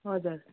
हजुर